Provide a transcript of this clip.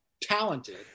talented